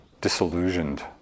disillusioned